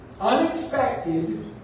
unexpected